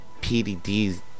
pdds